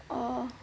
orh